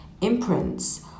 imprints